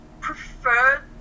prefer